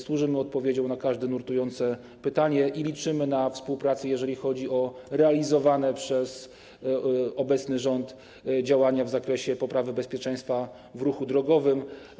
Służymy odpowiedzią na każde nurtujące pytanie i liczymy na współpracę, jeżeli chodzi o realizowane przez obecny rząd działania w zakresie poprawy bezpieczeństwa w ruchu drogowym.